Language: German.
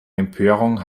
empörung